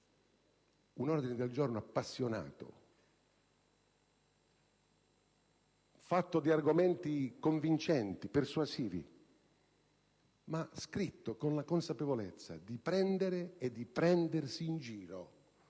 un ordine del giorno appassionato, fatto di argomenti convincenti e persuasivi, ma scritto nella consapevolezza di prendere e di prendersi in giro.